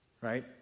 Right